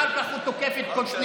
אחר כך הוא תוקף את קושניר,